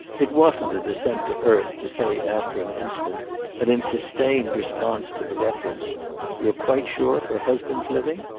it wasn't a descent to earth to say after an instant and in sustained response to the reference you're quite sure her husband's living?